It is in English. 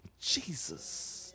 Jesus